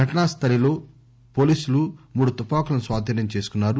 ఘటనా స్దలీలో పోలీసులు మూడు తుపాకులను స్వాధీనం చేసుకున్నారు